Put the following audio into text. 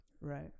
Right